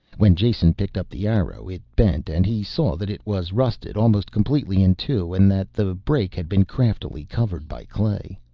when jason picked up the arrow it bent, and he saw that it was rusted almost completely in two and that the break had been craftily covered by clay.